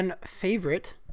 favorite